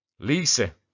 Lisa